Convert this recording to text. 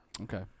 Okay